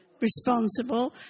responsible